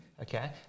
Okay